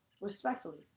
Respectfully